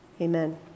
Amen